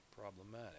problematic